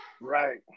Right